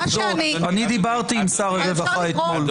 אני דיברתי עם שר הרווחה אתמול.